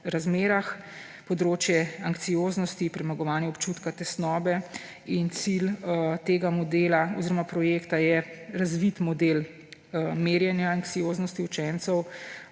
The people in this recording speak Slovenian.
razmerah ‒ področje anksioznosti, premagovanja občutka tesnobe. Cilj tega projekta je razviti model merjenja anksioznosti učencev